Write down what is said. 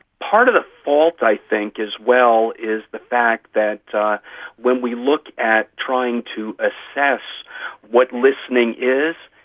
part of the fault i think as well is the fact that when we look at trying to assess what listening is,